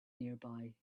nearby